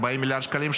40 מיליארד שקלים,